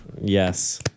Yes